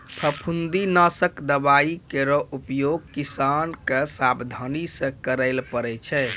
फफूंदी नासक दवाई केरो उपयोग किसान क सावधानी सँ करै ल पड़ै छै